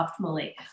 optimally